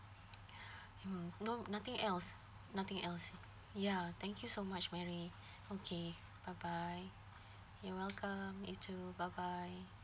mm no nothing else nothing else ya thank you so much marry okay bye bye you're welcome you too bye bye